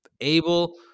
able